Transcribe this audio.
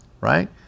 right